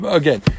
again